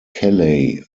kelley